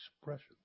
expression